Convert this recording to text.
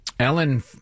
Ellen